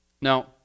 now